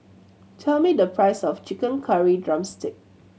tell me the price of chicken curry drumstick